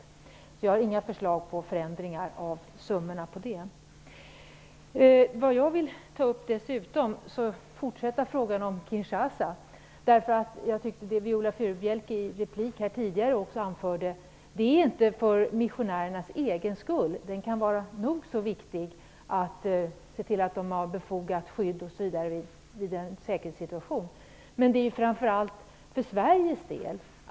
Jag har alltså inga förslag till förändringar av summorna på den punkten. Också jag vill ta upp frågan om Kinshasa, bl.a. med anledning av det som Viola Furubjelke i en tidigare replik anförde. Representationen är inte till för missionärernas egen skull, även om det kan vara nog så viktigt att se till att de har ett befogat skydd i en osäkerhetssituation osv., utan den är framför allt till för Sveriges skull.